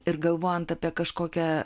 ir galvojant apie kažkokią